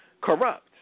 corrupt